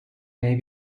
may